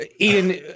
Ian